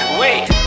wait